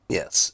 yes